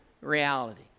reality